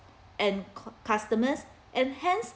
and customers and hence